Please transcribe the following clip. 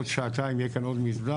עוד שעתיים יהיה כאן עוד מסדר,